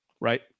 Right